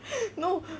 no